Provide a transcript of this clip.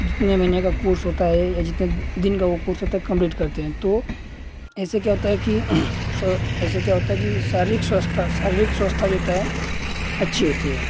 जितने महीने का कोर्स होता है या जितने दिन का वह कोर्स होता है कम्प्लीट करते हैं तो इससे क्या होता है कि स्व ऐसे क्या होता है कि शारीरिक स्वास्थ्य शारीरिक स्वास्थ्य जो होता है अच्छा होता है